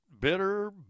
bitter